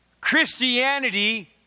Christianity